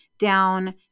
down